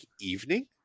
evening